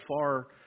far